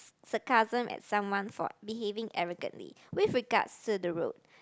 sarcasm at someone fault behaving arrogantly with regards to the road